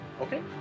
Okay